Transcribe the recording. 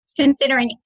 considering